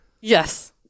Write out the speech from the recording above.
Yes